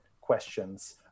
questions